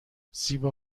زیبا